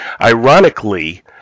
Ironically